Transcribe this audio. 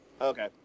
Okay